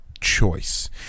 choice